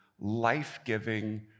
life-giving